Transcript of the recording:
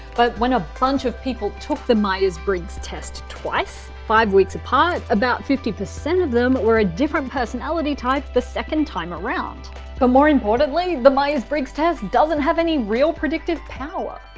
but when a bunch of people took the myers-briggs test twice, five weeks apart, about fifty percent of them were a different personality type the second time around. but more importantly, the myers-briggs test doesn't have any real predictive power.